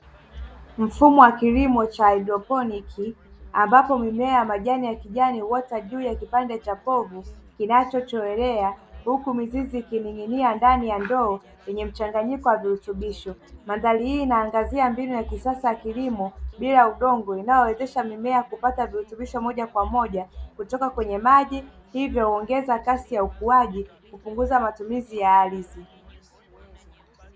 Mfumo wa kilimo cha haidroponi, ambapo mimea ya majani ya kijani huota juu ya kipande cha povu kinachotowelea, huku mizizi ikining'inia ndani ya ndoo yenye mchanganyiko wa virutubisho. Mandhari hii inaangazia mbinu ya kisasa ya kilimo bila udongo inayowezesha mimea kupata virutubisho moja kwa moja kutoka kwenye maji, hivyo huongeza kasi ya ukuaji, kupunguza matumizi ya ardhi.